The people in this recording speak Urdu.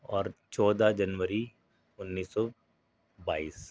اور چودہ جنوری اُنیس سو بائیس